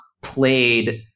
played